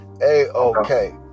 A-O-K